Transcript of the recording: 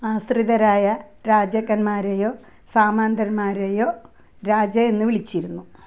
ആശ്രിതരായ രാജാക്കന്മാരെയോ സാമന്തന്മാരെയോ രാജ എന്ന് വിളിച്ചിരുന്നു